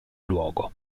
luogo